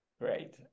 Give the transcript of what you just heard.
Great